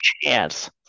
chance